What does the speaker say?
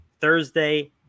Thursday